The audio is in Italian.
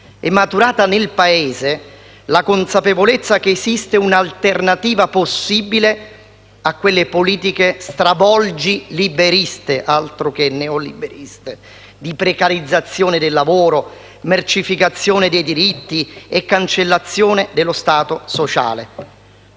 È maturata nel Paese la consapevolezza che esiste un'alternativa possibile a quelle politiche stravolgi liberiste - altro che neoliberiste! - di precarizzazione del lavoro, mercificazione dei diritti e cancellazione dello Stato sociale,